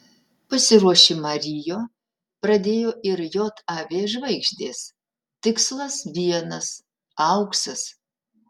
pasiruošimą rio pradėjo ir jav žvaigždės tikslas vienas auksas